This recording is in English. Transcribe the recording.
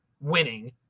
winning